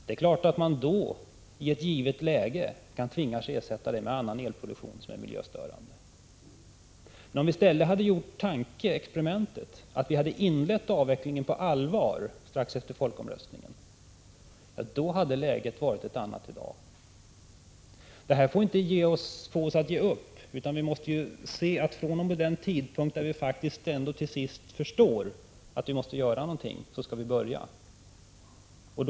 Det är klart att man då, i ett givet läge, kan tvingas ersätta det med annan elproduktion som är miljöstörande. Men om vi i stället gör tankeexperimentet att vi hade inlett avvecklingen på allvar strax efter folkomröstningen — då hade ju läget varit ett annat i dag. Detta får inte göra att vi ger upp, utan vi måste inse att vi är tvungna att börja avveckla den dag vi till sist förstår att det är nödvändigt att göra någonting.